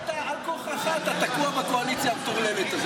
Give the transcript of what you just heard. ואתה, על כורחך תקוע בקואליציה הזאת.